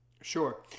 Sure